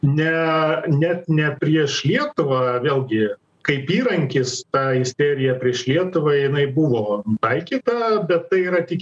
ne net ne prieš lietuvą vėlgi kaip įrankis ta isterija prieš lietuvą jinai buvo taikyta bet tai yra tik